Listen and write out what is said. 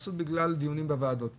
נעשו בגלל דיונים בוועדות פה,